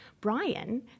Brian